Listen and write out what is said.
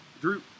Drew